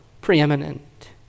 preeminent